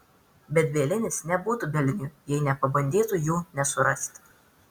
bet bielinis nebūtų bieliniu jei nepabandytų jų nesurasti